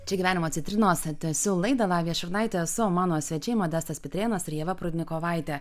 čia gyvenimo citrinos tęsiu laida lavija šurnaitė esu o mano svečiai modestas pitrėnas ir ieva prudnikovaitė